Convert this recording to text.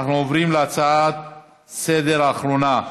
ועדת הבריאות.